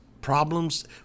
problems